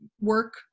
work